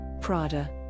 Prada